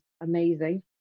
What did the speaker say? amazing